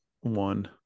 one